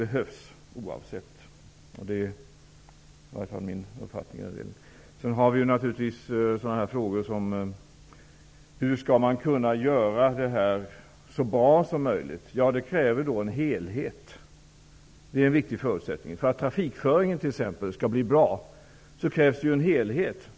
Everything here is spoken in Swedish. Det är i varje fall min uppfattning. En annan fråga är: Hur skall man kunna göra det här så bra som möjligt? Ja, en viktig förutsättning t.ex. för att trafikföringen skall bli bra är att det blir fråga om en helhet.